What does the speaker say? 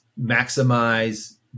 maximize